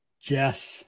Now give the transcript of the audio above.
Jess